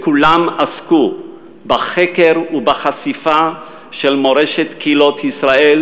כולם עסקו בחקר ובחשיפה של מורשת קהילות ישראל,